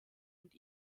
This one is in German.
und